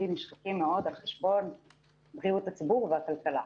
--- מאוד על חשבון בריאות הציבור והכלכלה.